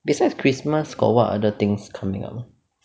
besides christmas got what other things coming along